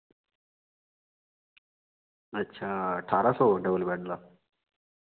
अच्छा ठारां सौ डबल बैड दा